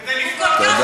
אתה רק